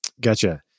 Gotcha